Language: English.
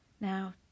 now